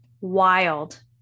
wild